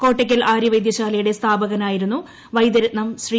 കോട്ടയ്ക്കൽ ആര്യവൈദ്യശാലയുടെ സ്ഥാപകനായിരുന്നു വൈദ്യരത്നം ശ്രീ